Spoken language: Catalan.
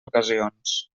ocasions